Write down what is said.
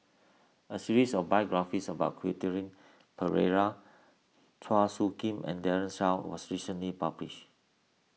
a series of biographies about Quentin Pereira Chua Soo Khim and Daren Shiau was recently published